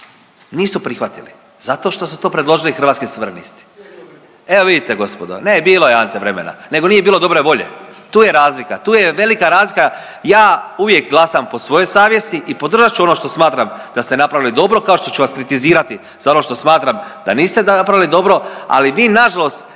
nisu prihvatili zato što su to predložili Hrvatski suverenisti. Evo vidite gospodo, ne bilo je Ante vremena, nego nije bilo dobre volje. Tu je razlika, tu je velika razlika. Ja uvijek glasam po svojoj savjesti i podržat ću ono što smatram da ste napravili dobro kao što ću vam kritizirati stvarno što smatram da niste napravili dobro, ali vi na žalost